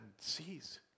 sees